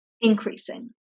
increasing